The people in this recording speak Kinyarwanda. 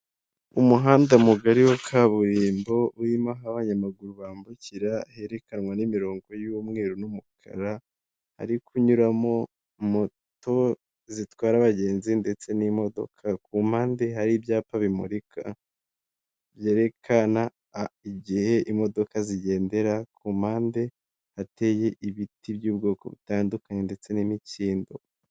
Umuhanda mugari wa kaburimbo, urimo aho abanyamaguru bambukira, herekanwa n'imirongo y'umweru n'umukara, hari kunyuramo moto zitwara abagenzi ndetse n'imodoka, ku mpande hari ibyapa bimurika, byerekana igihe imodoka zigendera, ku mpande hateye ibiti by'ubwoko butandukanye, ndetse n'imikindo.